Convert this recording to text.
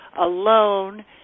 alone